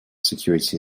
security